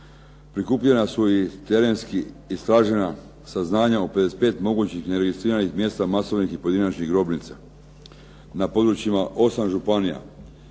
prikupljena su i terenski istražena saznanja o 55 mogućih neregistriranih mjesta masovnih i pojedinačnih grobnica na područjima osam županija.